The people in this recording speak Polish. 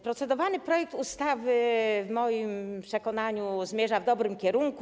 Procedowany projekt ustawy w moim przekonaniu zmierza w dobrym kierunku.